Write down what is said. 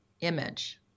image